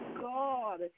God